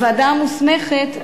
הוועדה המוסמכת,